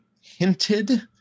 hinted